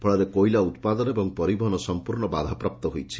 ଫଳରେ କୋଇଲା ଉପାଦନ ଏବଂ ପରିବହନ ସମ୍ମର୍ଶ୍ୱ ବାଧାପ୍ରାପ୍ତ ହୋଇଛି